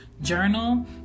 journal